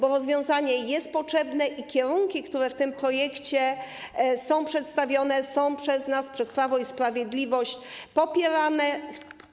To rozwiązanie jest potrzebne i kierunki, które w tym projekcie są przedstawione, są przez nas, przez Prawo i Sprawiedliwość, popierane.